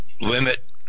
limit